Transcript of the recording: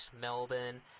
Melbourne